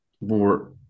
more